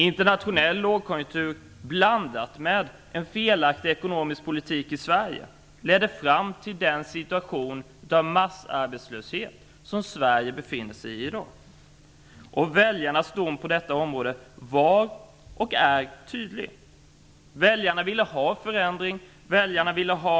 Internationell lågkonjunktur, blandat med en felaktig ekonomisk politik i Sverige, ledde fram till den situation av massarbetslöshet som Sverige i dag befinner sig i. Väljarnas dom på detta område var och är tydlig. Väljarna ville ha en förändring och en ny politik.